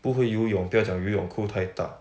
不会游泳不要讲游泳裤太大